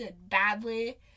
badly